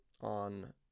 on